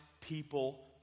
people